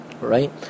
right